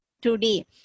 today